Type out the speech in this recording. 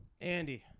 andy